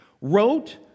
wrote